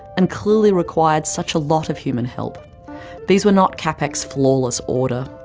and clearly required such a lot of human help these were not capek's flawless order.